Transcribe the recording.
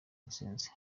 ntsinzi